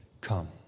Come